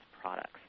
products